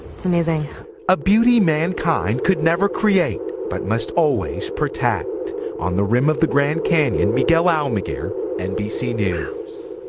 it's amazing. reporter a beauty man kind could never create but must always protect on the rim of the grand canyon, miguel almaguer, nbc news.